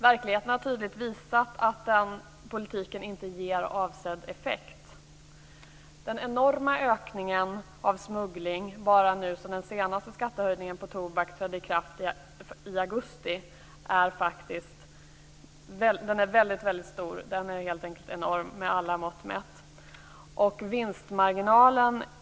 Verkligheten har tydligt visat att den politiken inte ger avsedd effekt. Det har med alla mått mätt varit en enorm ökning av smugglingen efter det att den senaste skattehöjningen trädde i kraft i augusti.